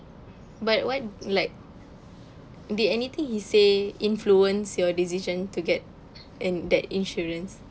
but what like did anything he say influence your decision to get in that insurance